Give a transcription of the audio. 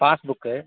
pass book